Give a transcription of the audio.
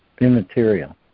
immaterial